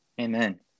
Amen